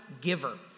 giver